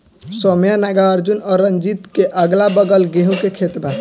सौम्या नागार्जुन और रंजीत के अगलाबगल गेंहू के खेत बा